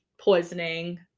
poisoning